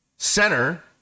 Center